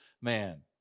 man